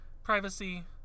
Privacy